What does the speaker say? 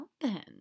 then